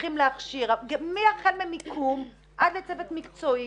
צריכים להכשיר החל ממיקום עד לצוות מקצועי.